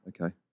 Okay